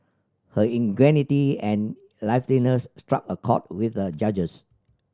her ingenuity and liveliness struck a chord with the judges